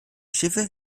schiffe